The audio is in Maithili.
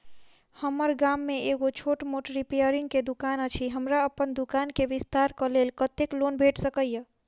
हम्मर गाम मे एगो छोट मोट रिपेयरिंग केँ दुकान अछि, हमरा अप्पन दुकान केँ विस्तार कऽ लेल कत्तेक लोन भेट सकइय?